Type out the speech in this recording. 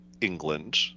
England